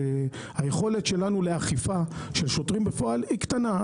והיכולת שלנו לאכיפה של שוטרים בפועל היא קטנה.